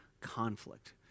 conflict